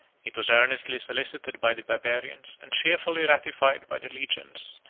it was earnestly solicited by the barbarians, and cheerfully ratified by the legions,